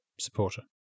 supporter